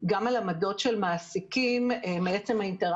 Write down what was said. הדו"ח הזה של 2014, מאז,